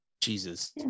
jesus